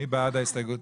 מי בעד ההסתייגויות